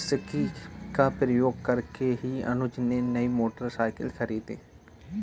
वार्षिकी का प्रयोग करके ही अनुज ने नई मोटरसाइकिल खरीदी